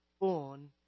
born